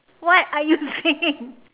what are you singing